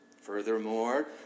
Furthermore